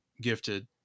gifted